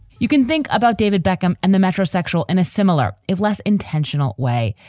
you can think about david beckham and the metrosexual and a similar, if less intentional way.